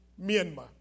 Myanmar